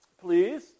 please